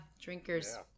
Drinkers